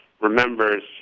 remembers